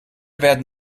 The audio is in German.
werden